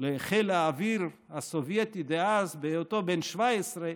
לחיל האוויר הסובייטי דאז, בהיותו בן 17,